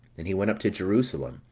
and he went up to jerusalem,